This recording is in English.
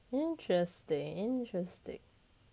interesting interesting